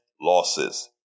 losses